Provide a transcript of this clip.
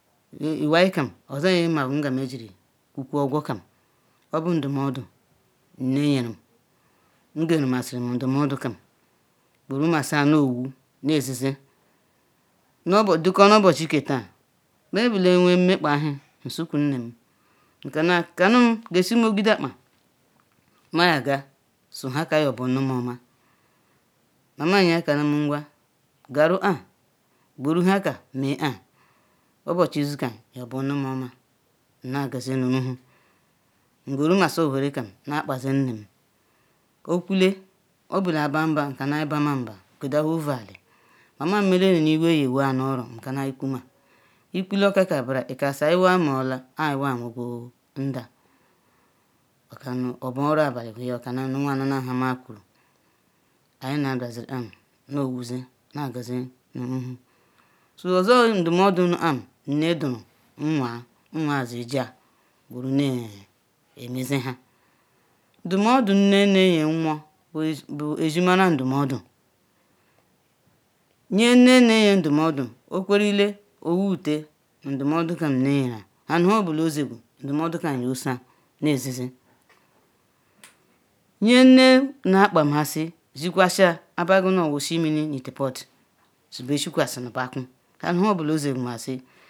nu iwai kam, oza nye magu nge meh jiri kwukwo ogwo kam. Obuh ndumuoduh nne nye rum, ngerem masi ndumuodukam, gworu-masi nu owu ne-zeze. Duko nu obochike tah meh bele nwe nmekpahu nsuku nnem, nkana kanum, gezim ogbuduankpa maya ga, su haka ye oburunum oma. Mamam ya ka num ngwa gnru ah buru haka meh ah, obochi izi-kam yo burunum oma, nna gazi nu ruwhu, ngworu masu owhere kam na kpase nnem. Okwu-le obele abamba nka na ibama nbah, gwodahie ovu ali, mamam mele nu iwe ye wea nu oro nka na ikwu ma. Kule oka-ka nbara ika su aiwa meh ola, ah aiwa nwe ndah, oka num obah oro abali whuya okanum nu anwa nulam Nhe meh kwuru. Aina dazurum ah nu owu-ze na ga-ze nu-ruhu, so oza ndumuodu nu am nne durug nwonh, nwoah jezia ne me ze nhe. Ndumuodu nne ne nye-onwo bu ezimara ndumuodu, nye nne ne nye ndumuodu okwerine owa- wuteh nu ndumuodu kam nne nyereah, ha nu ho bula ojegwu ndumuodu kam zo soah ne zeze. Nye nne na kpamasi zi kwa sia abah, ga nu owosi mini nu ite pot, su be sikwa si nu bakwu, he nu hu bula ojegwu masi,